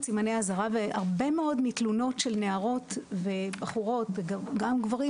סימני האזהרה והרבה מאוד מתלונות של נערות ובחורות וגם גברים,